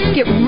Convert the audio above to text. Get